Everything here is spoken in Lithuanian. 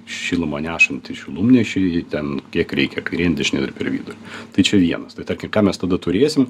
šilumą nešantį šilumnešį jį ten kiek reikia kairėn dešinėn ar per vidurį tai čia vienas tai tarkim ką mes tada turėsim